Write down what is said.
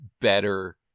better